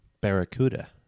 barracuda